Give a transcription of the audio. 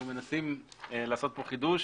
אנחנו מנסים לעשות כאן חידוש